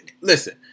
Listen